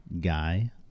guy